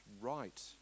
right